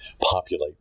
populate